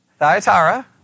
Thyatara